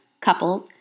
couples